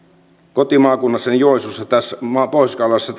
kotimaakunnassani joensuussa pohjois karjalassa